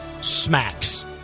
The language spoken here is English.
smacks